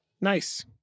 Nice